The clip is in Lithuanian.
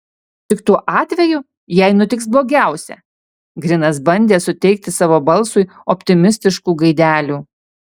tik tuo atveju jei nutiks blogiausia grinas bandė suteikti savo balsui optimistiškų gaidelių